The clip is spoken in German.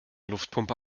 luftpumpe